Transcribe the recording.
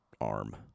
arm